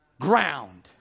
ground